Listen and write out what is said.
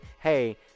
hey